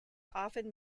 often